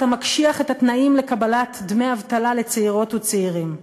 אתה מקשיח את התנאים לקבלת דמי אבטלה לצעירות וצעירים.